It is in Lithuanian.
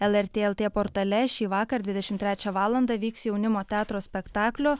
lrt lt portale šįvakar dvidešimt trečią valandą vyks jaunimo teatro spektaklio